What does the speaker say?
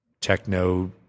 techno